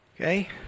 Okay